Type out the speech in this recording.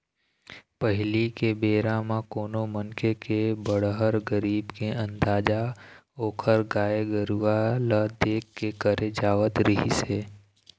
पहिली के बेरा म कोनो मनखे के बड़हर, गरीब के अंदाजा ओखर गाय गरूवा ल देख के करे जावत रिहिस हे